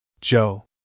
Joe